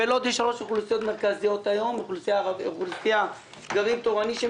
בלוד יש 3 אוכלוסיות מרכזיות: גרעין תורני של